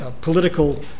political